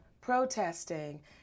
protesting